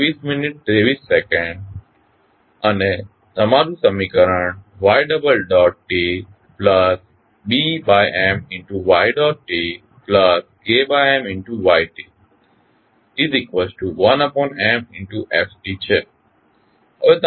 અને તમારું સમીકરણ ytBMytKMyt1Mft છે